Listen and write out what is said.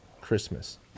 christmas